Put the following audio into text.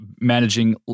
managing